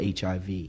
HIV